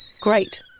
Great